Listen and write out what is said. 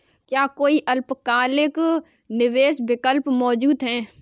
क्या कोई अल्पकालिक निवेश विकल्प मौजूद है?